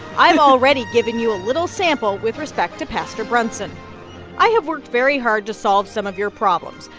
i've already given you a little sample with respect to pastor brunson i have worked very hard to solve some of your problems.